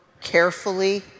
carefully